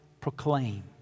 proclaim